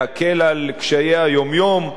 להקל על קשיי היום-יום,